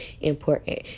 important